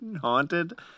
haunted